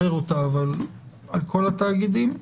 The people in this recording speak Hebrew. נברר אותה אבל על כל התאגידים.